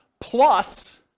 plus